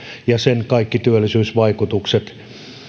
ja sen kaikki työllisyysvaikutukset